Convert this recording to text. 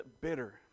bitter